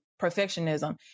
perfectionism